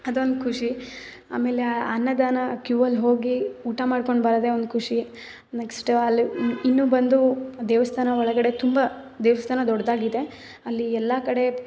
ಅದೊಂದು ಖುಷಿ ಆಮೇಲೆ ಅನ್ನದಾನ ಕ್ಯೂವಲ್ಲಿ ಹೋಗಿ ಊಟ ಮಾಡ್ಕೊಂಡು ಬರೋದೇ ಒಂದು ಖುಷಿ ನೆಕ್ಸ್ಟು ಅಲ್ಲಿ ಇನ್ನೂ ಬಂದು ದೇವಸ್ಥಾನ ಒಳಗಡೆ ತುಂಬ ದೇವಸ್ಥಾನ ದೊಡ್ಡದಾಗಿದೆ ಅಲ್ಲಿ ಎಲ್ಲ ಕಡೆ